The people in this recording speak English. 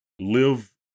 live